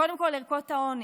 קודם כול, ערכות האונס,